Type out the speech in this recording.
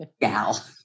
gal